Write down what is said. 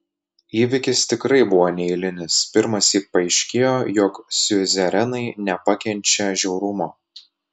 įvykis tikrai buvo neeilinis pirmąsyk paaiškėjo jog siuzerenai nepakenčia žiaurumo